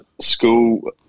school